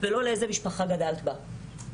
ולא לאיזו משפחה גדלת בה.